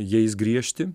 jais griežti